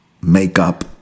makeup